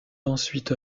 ensuite